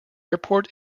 airport